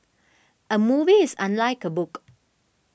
a movie is unlike a book